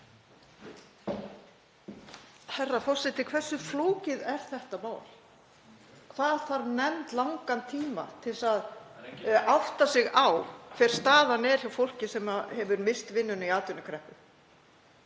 Herra forseti. Hversu flókið er þetta mál? Hvað þarf nefnd langan tíma til að átta sig á hver staðan er hjá fólki sem misst hefur vinnuna í atvinnukreppu?